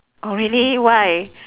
oh really why